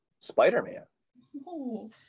Spider-Man